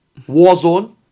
Warzone